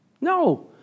No